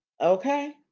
Okay